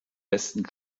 besten